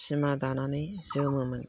सिमा दानानै जोमोमोन